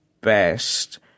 best